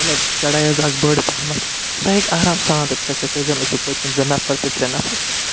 مطلب چڑاے حظ آسہِ بٔڑ پہمتھ سُہ ہیٚکہِ آرام سان تَتھ کھٔسِتھ تۄہہِ زن ٲسِو پٔتۍ کِنۍ زٕ نفر تہِ ترٛےٚ نفر تہِ